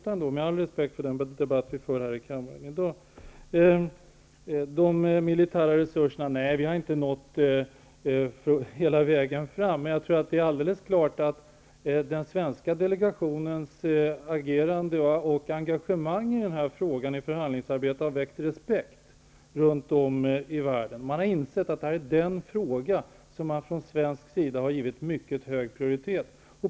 Jag säger detta med all respekt för den debatt vi för här i kammaren i dag. Nej, vi har inte nått hela vägen när det gäller de militära resurserna. Men jag tror att det är helt klart att den svenska delegationens agerande och engagemang i den här frågan i förhandlingsarbetet har väckt respekt runt om i världen. Man har insett att det här är den fråga som man från svensk sida har givit mycket hög prioritet.